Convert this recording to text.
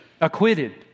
Acquitted